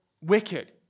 wicked